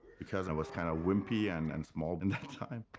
because i was kind of wimpy and and small. in that time.